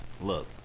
Look